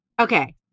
Okay